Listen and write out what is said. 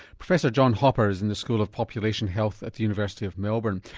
professor john hopper is in the school of population health at the university of melbourne.